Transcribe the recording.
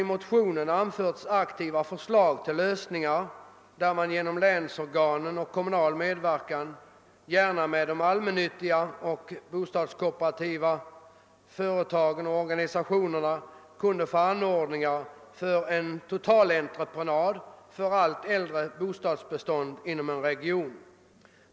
I motionen har också framförts positiva förslag till lösningar, innebärande att man genom länsorganisationen och med kommunal medverkan — gärna genom allmännyttiga bostadsföretag och kooperativa boestadsorganisationer — skulle kunna genomföra en totalentreprenad för hela det äldre bostadsbeståndet inom en region.